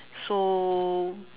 so